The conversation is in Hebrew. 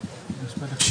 היו לו כל מיני